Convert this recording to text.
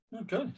Okay